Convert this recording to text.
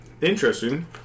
Interesting